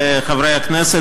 חברי הכנסת,